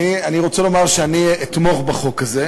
אני רוצה לומר שאני אתמוך בחוק הזה,